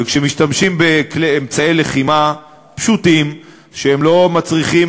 וכשמשתמשים באמצעי לחימה פשוטים שלא מצריכים